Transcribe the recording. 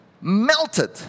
melted